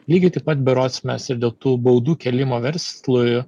lygiai taip pat berods mes ir dėl tų baudų kėlimo verslui